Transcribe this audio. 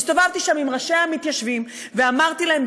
הסתובבתי שם עם ראשי המתיישבים ואמרתי להם,